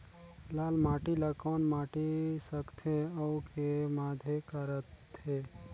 लाल माटी ला कौन माटी सकथे अउ के माधेक राथे?